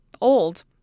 old